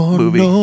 movie